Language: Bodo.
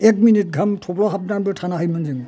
एक मिनिट गाहाम थब्ल'हाबनानैबो थानो हायोमोन जों